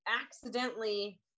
accidentally